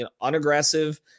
unaggressive